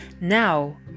now